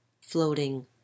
floating